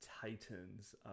Titans